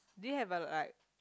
do you have a like